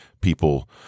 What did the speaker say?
People